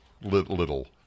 Little